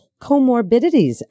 comorbidities